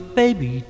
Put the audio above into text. baby